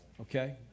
okay